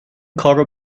کارو